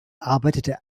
arbeitete